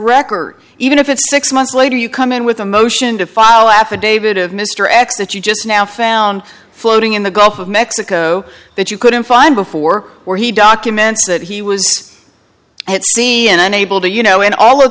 record even if it's six months later you come in with a motion to file affidavit of mr x that you just now found floating in the gulf of mexico that you couldn't find before where he documents that he was at c n n able to you know and all of